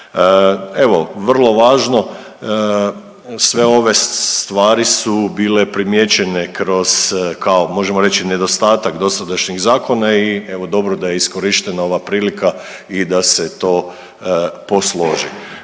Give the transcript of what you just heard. Evo vrlo važno, sve ove stvari su bile primijećene kroz kao možemo reći nedostatak dosadašnjeg zakona i evo dobro da je iskorištena ova prilika i da se to posloži.